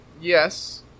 yes